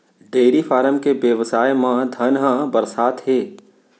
dairy farm के बेवसाय म धन ह बरसत हे